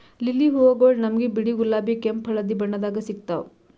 lily ಹೂವಗೊಳ್ ನಮ್ಗ್ ಬಿಳಿ, ಗುಲಾಬಿ, ಕೆಂಪ್, ಹಳದಿ ಬಣ್ಣದಾಗ್ ಸಿಗ್ತಾವ್